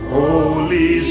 Holy